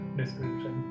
description